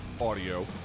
audio